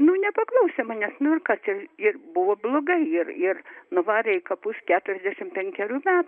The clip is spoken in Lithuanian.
nu nepaklausė manęs nu ir kas ir buvo blogai ir ir nuvarė į kapus keturiasdešimt penkerių metų